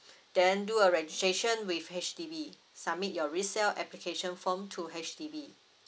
then do a registration with H_D_B submit your resell application form to H_D_B